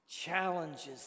challenges